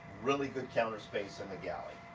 really good counter space in the galley.